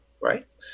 right